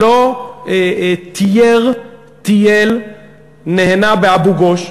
שלא תייר, טייל ונהנה באבו-גוש,